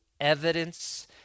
evidence